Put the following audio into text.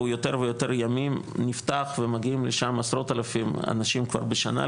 והוא יותר ויותר ימים נפתח ומגיעים לשם עשרות אלפים אנשים בשנה,